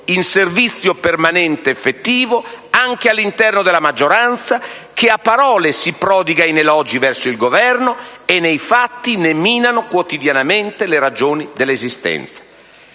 in servizio permanente effettivo, anche all'interno della maggioranza, che a parole si prodiga in elogi verso il Governo e nei fatti ne mina quotidianamente le ragioni dell'esistenza.